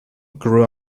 grew